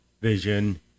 vision